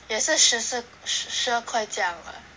也是十四十十二快这样 [what]